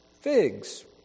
figs